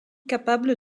capable